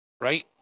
right